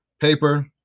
paper